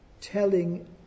telling